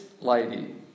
lady